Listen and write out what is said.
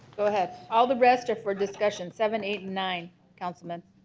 go ahead all the rest are for discussion seven eight and nine councilman